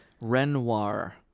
Renoir